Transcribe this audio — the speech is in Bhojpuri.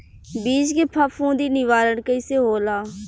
बीज के फफूंदी निवारण कईसे होला?